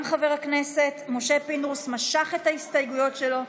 גם חבר הכנסת משה פינדרוס משך את ההסתייגויות שלו,